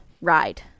ride